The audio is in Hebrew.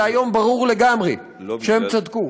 זה היום ברור לגמרי שהם צדקו.